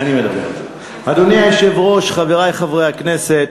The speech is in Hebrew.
אדוני היושב-ראש, חברי חברי הכנסת,